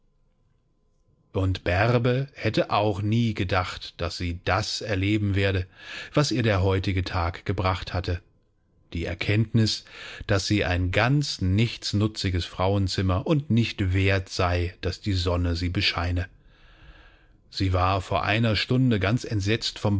und bärbe hätte auch nie gedacht daß sie das erleben werde was ihr der heutige tag gebracht hatte die erkenntnis daß sie ein ganz nichtsnutziges frauenzimmer und nicht wert sei daß die sonne sie bescheine sie war vor einer stunde ganz entsetzt vom